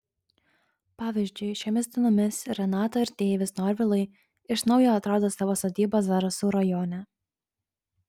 pavyzdžiui šiomis dienomis renata ir deivis norvilai iš naujo atrado savo sodybą zarasų rajone